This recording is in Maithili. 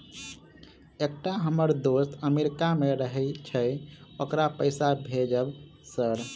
एकटा हम्मर दोस्त अमेरिका मे रहैय छै ओकरा पैसा भेजब सर?